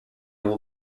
will